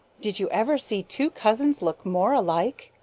did you ever see two cousins look more alike?